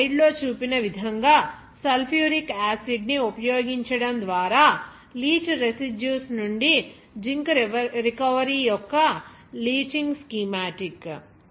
ఈ స్లయిడ్లో చూపిన విధంగా సల్ఫ్యూరిక్ యాసిడ్ ని ఉపయోగించడం ద్వారా లీచ్ రెసిడ్యూస్ నుండి జింక్ రికవరీ యొక్క లీచింగ్ స్కీమాటిక్